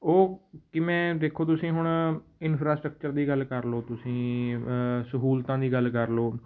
ਉਹ ਕਿਵੇਂ ਦੇਖੋ ਤੁਸੀਂ ਹੁਣ ਇਨਫਰਾਸਟ੍ਰਕਚਰ ਦੀ ਗੱਲ ਕਰ ਲਉ ਤੁਸੀਂ ਸਹੂਲਤਾਂ ਦੀ ਗੱਲ ਕਰ ਲਉ